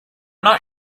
not